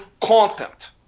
content